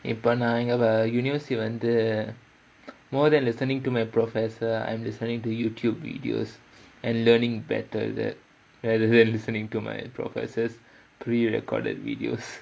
இப்ப நா இங்க:ippa naa inga universtiy வந்து:vanthu more than listening to my professor I'm listening to YouTube videos and learning better there rather than listening to my professors pre-recorded videos